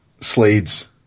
Slade's